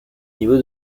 niveau